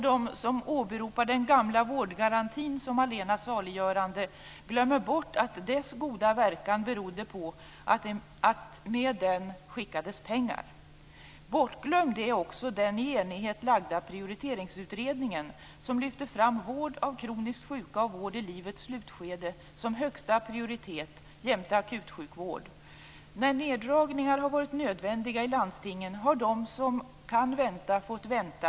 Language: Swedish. De som åberopar den gamla vårdgarantin som allena saliggörande glömmer bort att dess goda verkan berodde på att det med den skickades pengar. Bortglömd är också den eniga prioriteringsutredningen, som lyfte fram vård av kroniskt sjuka och vård i livets slutskede som högsta prioritet jämte akutsjukvård. När neddragningar har varit nödvändiga i landstingen har de som kan vänta fått vänta.